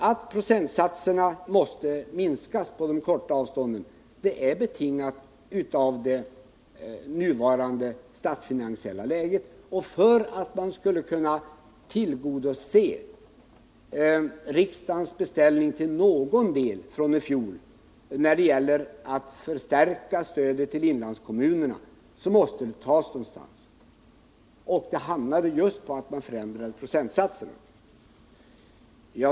Att procentsatserna måste minskas på de korta avstånden är betingat av det nuvarande statsfinansiella läget, och för att man skulle kunna tillgodose riksdagens beställning från i fjol till någon del när det gäller att förstärka stödet till inlandskommunerna måste pengarna tas någonstans, och man hamnade just på att förändra procentsatsen.